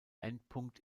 endpunkt